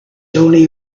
only